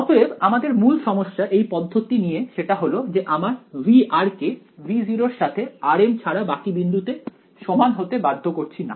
অতএব আমাদের মূল সমস্যা এই পদ্ধতি নিয়ে সেটা হল যে আমরা V কে V0 এর সাথে rm ছাড়া বাকি বিন্দুতে সমান হতে বাধ্য করছি না